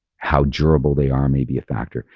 how durable they are maybe a factor,